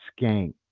skank